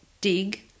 Dig